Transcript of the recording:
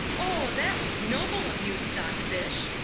oh, that was noble of you, stockfish!